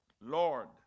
Lord